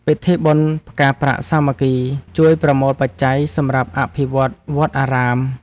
ពិធីបុណ្យផ្កាប្រាក់សាមគ្គី ជួយប្រមូលបច្ច័យសម្រាប់អភិវឌ្ឍវត្តអារាម។